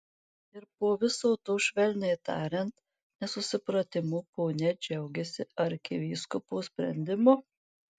ir po viso to švelniai tariant nesusipratimo ponia džiaugiasi arkivyskupo sprendimu